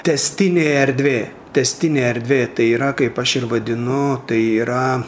tęstinė erdvė tęstinė erdvė tai yra kaip aš ir vadinu tai yra